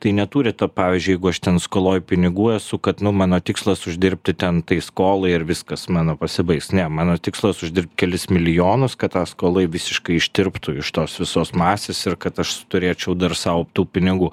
tai neturi to pavyzdžiui jeigu aš ten skoloj pinigų esu kad nu mano tikslas uždirbti ten tai skolai ir viskas mano pasibaigs ne mano tikslas uždirbti kel milijonus kad tai skolai visiškai ištirptų iš tos visos masės ir kad aš turėčiau dar sau tų pinigų